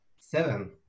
Seven